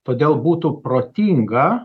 todėl būtų protinga